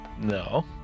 No